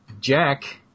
Jack